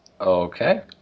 Okay